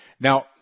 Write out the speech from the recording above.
Now